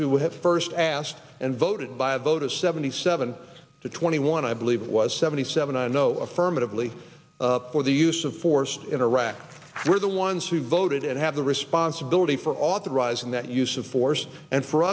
who have first asked and voted by a vote of seventy seven to twenty one i believe was seventy seven i know affirmatively for the use of force in iraq were the ones who voted and have the responsibility for authorizing that use of force and for